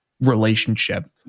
relationship